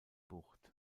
bucht